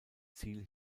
ziel